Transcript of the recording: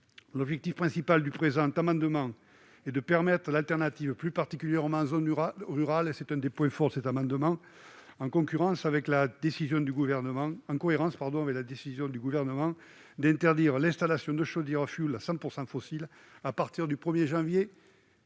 L'objectif principal de cet amendement est de permettre une alternative, plus particulièrement en zone rurale- c'est l'un de ses points forts -, en cohérence avec la décision du Gouvernement d'interdire l'installation de chaudières à fioul 100 % fossile à partir du 1 janvier